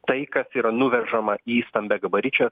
tai kas yra nuvežama į stambiagabaričia